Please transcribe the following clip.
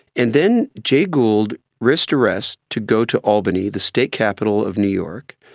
and then jay gould risked arrest to go to albany, the state capital of new york,